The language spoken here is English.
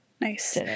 Nice